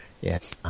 Yes